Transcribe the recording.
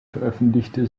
veröffentlichte